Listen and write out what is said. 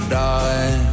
die